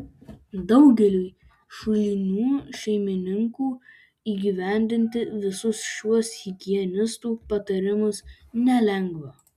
daugeliui šulinių šeimininkų įgyvendinti visus šiuos higienistų patarimus nelengva